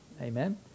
Amen